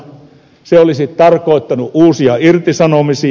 se olisi tarkoittanut uusia irtisanomisia